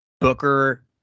Booker